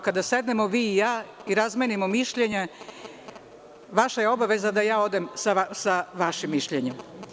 Kada sednemo vi i ja i razmenimo mišljenje, vaša je obaveza da ja odem sa vašim mišljenjem.